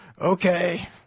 Okay